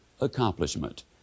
accomplishment